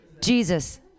Jesus